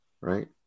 right